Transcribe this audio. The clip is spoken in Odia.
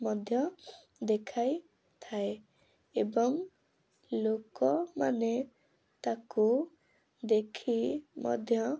ମଧ୍ୟ ଦେଖାଇଥାଏ ଏବଂ ଲୋକମାନେ ତାକୁ ଦେଖି ମଧ୍ୟ